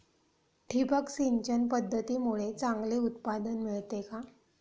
ठिबक सिंचन पद्धतीमुळे चांगले उत्पादन मिळते का?